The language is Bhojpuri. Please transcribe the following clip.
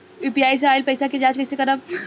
यू.पी.आई से आइल पईसा के जाँच कइसे करब?